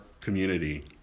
community